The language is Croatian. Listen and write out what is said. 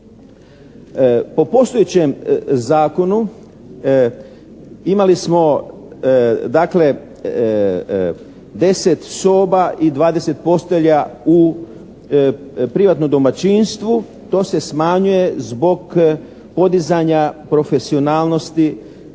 Po postojećem Zakonu imali smo, dakle, 10 soba i 20 postelja u privatnom domaćinstvu. To se smanjuje zbog podizanja profesionalnosti